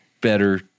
better